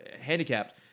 handicapped